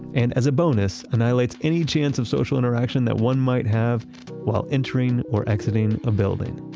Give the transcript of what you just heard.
and as a bonus, annihilates any chance of social interaction that one might have while entering or exiting a building.